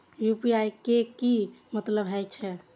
UPI के की मतलब हे छे?